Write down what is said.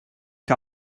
que